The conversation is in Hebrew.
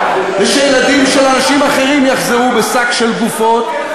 ושילדים של אנשים אחרים יחזרו בשק של גופות,